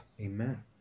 Amen